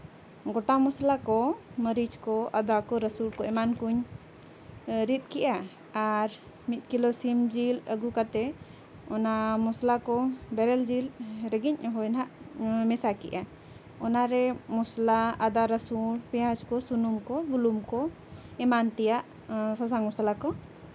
ᱜᱳᱴᱟ ᱢᱚᱥᱞᱟ ᱠᱚ ᱢᱟᱹᱨᱤᱪ ᱠᱚ ᱟᱫᱟ ᱠᱚ ᱨᱟᱹᱥᱩᱱ ᱠᱚᱧ ᱮᱢᱟᱱ ᱠᱚᱧ ᱨᱤᱫ ᱠᱮᱫᱼᱟ ᱟᱨ ᱢᱤᱫ ᱠᱤᱞᱳ ᱥᱤᱢ ᱡᱤᱞ ᱟᱹᱜᱩ ᱠᱟᱛᱮᱫ ᱚᱱᱟ ᱢᱚᱥᱞᱟ ᱠᱚ ᱵᱮᱨᱮᱞ ᱡᱤᱞ ᱨᱮᱜᱮᱧ ᱦᱳᱭ ᱱᱟᱦᱟᱸᱜ ᱢᱮᱥᱟ ᱠᱮᱫᱟ ᱚᱱᱟᱨᱮ ᱢᱚᱥᱞᱟ ᱟᱫᱟ ᱨᱟᱹᱥᱩᱱ ᱯᱮᱸᱭᱟᱡᱽ ᱠᱚ ᱥᱩᱱᱩᱢ ᱠᱚ ᱵᱩᱞᱩᱝ ᱠᱚ ᱮᱢᱟᱱ ᱛᱮᱭᱟᱜ ᱥᱟᱥᱟᱝ ᱢᱚᱥᱞᱟ ᱠᱚ